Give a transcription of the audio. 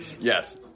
Yes